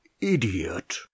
idiot